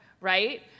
right